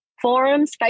Forums